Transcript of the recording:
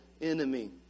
enemy